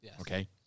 Okay